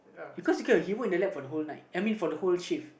because he cannot the whole night I mean for the whole shift